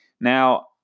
Now